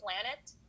planet